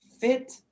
fit